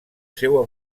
seu